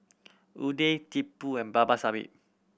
Udai Tipu and Babasaheb